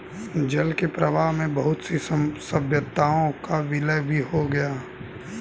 जल के प्रवाह में बहुत सी सभ्यताओं का विलय भी हो गया